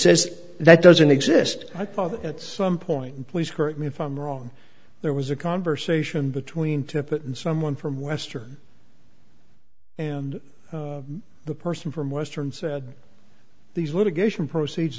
says that doesn't exist at some point and please correct me if i'm wrong there was a conversation between tippit and someone from western and the person from western said these litigation proceeds